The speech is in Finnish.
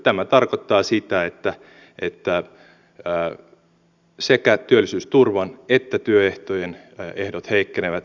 tämä tarkoittaa sitä että sekä työllisyysturvan että työehtojen ehdot heikkenevät merkittävästi